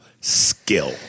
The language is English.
skill